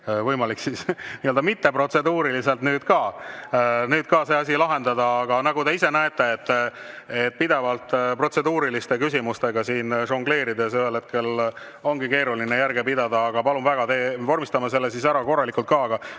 võimalik siis nii-öelda mitteprotseduuriliselt nüüd ka see asi lahendada. Aga nagu te ise näete, siis pidevalt protseduuriliste küsimustega siin žongleerides ühel hetkel ongi keeruline järge pidada. Palun väga, vormistame selle korralikult ära